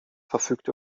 verfügt